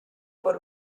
por